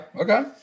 Okay